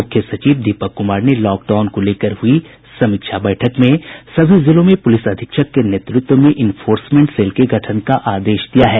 मुख्य सचिव दीपक कुमार ने लॉक डाउन को लेकर हुई समीक्षा बैठक में सभी जिलों में पुलिस अधीक्षक के नेतृत्व में इन्फोर्समेंट सेल के गठन का आदेश दिया है